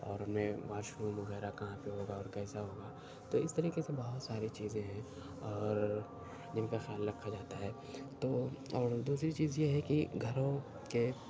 اور میں washroom وغیرہ کہاں پہ ہوگا اور کیسا ہوگا تو اس طریقے سے بہت ساری چیزیں ہیں اور جن کا خیال رکھا جاتا ہے تو اور دوسری چیز یہ ہے کہ گھروں کے